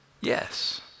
Yes